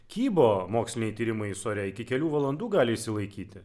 kybo moksliniai tyrimai jis ore iki kelių valandų gali išsilaikyti